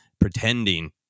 pretending